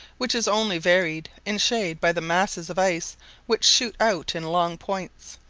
which is only varied in shade by the masses of ice which shoot out in long points,